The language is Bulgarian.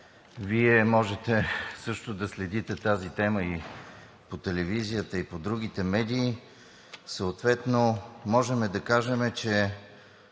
Вие можете също да следите тази тема и по телевизията, и по другите медии. Съответно можем да кажем, че